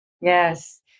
Yes